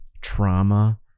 trauma